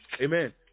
Amen